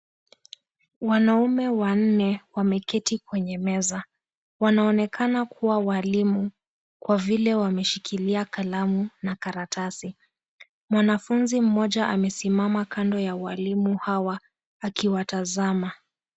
Wanaume wanne, wameketi kwenye meza , wanaonekana kua walimu, kwa vile wameshikilia kalamu na karatasi . Mwanafunzi mmoja amesimama kando ya walimu hawa akiwatazama.